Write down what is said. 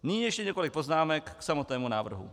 Nyní ještě několik poznámek k samotnému návrhu.